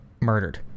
murdered